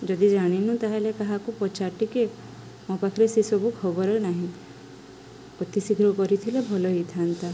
ଯଦି ଜାଣିନୁ ତା'ହେଲେ କାହାକୁ ପଚାର ଟିକେ ମୋ ପାଖରେ ସେ ସବୁ ଖବର ନାହିଁ ଅତି ଶୀଘ୍ର କରିଥିଲେ ଭଲ ହେଇଥାନ୍ତା